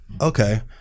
Okay